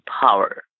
power